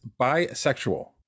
bisexual